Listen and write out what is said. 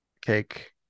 cake